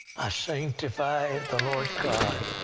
i sanctify the lord god.